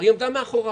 היא עמדה מאחוריו.